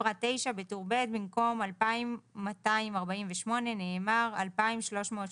בפרט (9), בטור ב', במקום "2,248" נאמר "2,330".